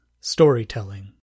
Storytelling